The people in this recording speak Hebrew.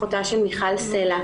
אחותה של מיכל סלע,